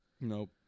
Nope